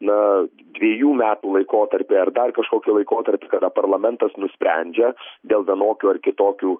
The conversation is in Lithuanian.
na dviejų metų laikotarpį ar dar kažkokį laikotarpį kada parlamentas nusprendžia dėl vienokių ar kitokių